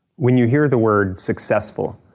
when you hear the word successful,